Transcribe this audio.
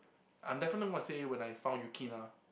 I'm definitely gonna say when I found Yukina